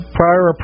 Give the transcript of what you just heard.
prior